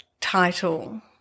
title